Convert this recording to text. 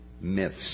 myths